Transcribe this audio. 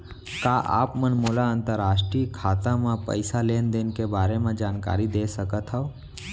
का आप मन मोला अंतरराष्ट्रीय खाता म पइसा लेन देन के बारे म जानकारी दे सकथव?